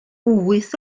wyth